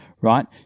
right